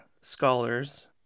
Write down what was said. scholars